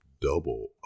Double